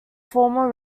former